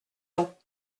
ans